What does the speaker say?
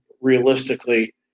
realistically